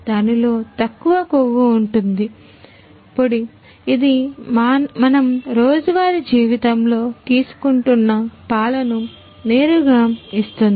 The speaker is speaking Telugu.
దానిలో తక్కువ కొవ్వు ఉంటుంది పొడి ఇది మనం రోజువారీ జీవితంలో తీసుకుంటున్న పాలను నేరుగా ఇస్తుంది